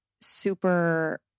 super